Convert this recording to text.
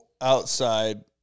outside